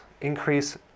increase